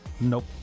Nope